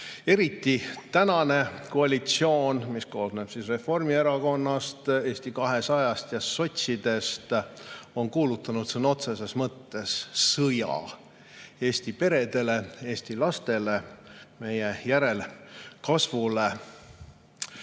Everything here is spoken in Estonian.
Eriti on tänane koalitsioon, mis koosneb Reformierakonnast, Eesti 200-st ja sotsidest, kuulutanud sõna otseses mõttes sõja Eesti peredele ja Eesti lastele, meie järelkasvule. Tulles